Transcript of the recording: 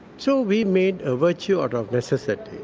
so we made a virtue out of necessity,